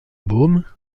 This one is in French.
baume